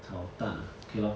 炒蛋啊 K lor